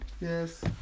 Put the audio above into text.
Yes